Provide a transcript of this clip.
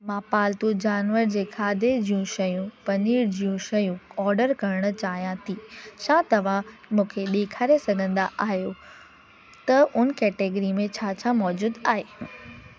मां पालतू जानवर जे खाधे जूं शयूं पनीर जूं शयूं ऑडर करणु चाहियां थी छा तव्हां मूंखे ॾेखारे सघंदा आहियो त उन कैटेगरी में छा छा मौजूदु आहे